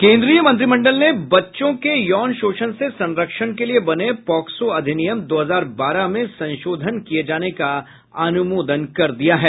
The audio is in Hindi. केन्द्रीय मंत्रिमंडल ने बच्चों का यौन शोषण से संरक्षण के लिए बने पोक्सो अधिनियम दो हजार बारह में संशोधन किए जाने का अनुमोदन कर दिया है